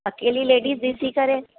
अकेली लेडिज ॾिसी करे